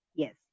Yes